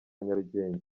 nyarugenge